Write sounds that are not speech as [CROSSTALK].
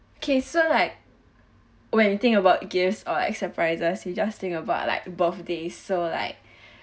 cases like when you think about gifts or as surprises you just think about like birthday so like [BREATH]